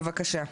בבקשה.